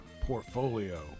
portfolio